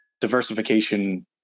diversification